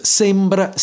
sembra